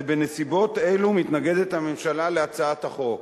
זה: בנסיבות אלו מתנגדת הממשלה להצעת החוק.